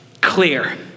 clear